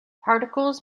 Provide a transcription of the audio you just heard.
particles